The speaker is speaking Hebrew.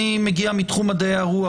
אני מגיע מתחום מדעי הרוח,